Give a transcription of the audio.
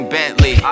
Bentley